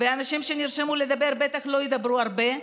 והאנשים שנרשמו לדבר בטח לא ידברו הרבה,